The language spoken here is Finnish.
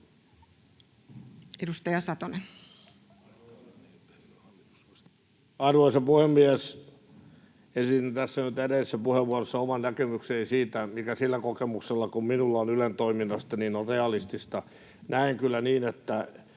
16:01 Content: Arvoisa puhemies! Esitin tässä nyt edellisessä puheenvuorossa oman näkemykseni siitä, mikä sillä kokemuksella, joka minulla on Ylen toiminnasta, on realistista. Näen kyllä niin —